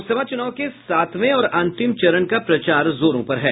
लोकसभा चुनाव के सातवें और अंतिम चरण का प्रचार जोरे पर है